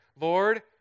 Lord